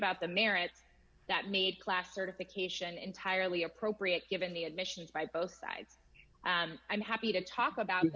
about the merits that made class certification entirely appropriate given the admissions by both sides i'm happy to talk about